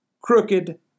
crooked